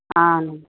అవును